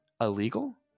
illegal